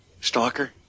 stalker